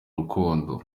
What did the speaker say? rukundo